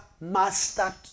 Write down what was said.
master